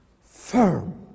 firm